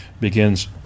begins